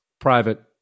private